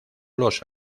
los